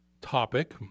topic